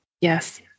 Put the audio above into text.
Yes